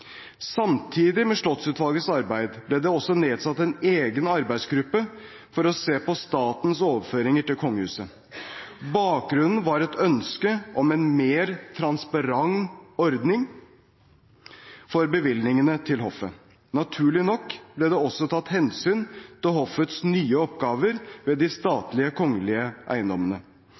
Samtidig med Slottsutvalgets arbeid ble det også nedsatt en egen arbeidsgruppe for å se på statens overføringer til kongehuset. Bakgrunnen var et ønske om en mer transparent ordning for bevilgningene til hoffet. Naturlig nok ble det også tatt hensyn til hoffets nye oppgaver ved de statlige kongelige eiendommene.